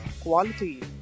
quality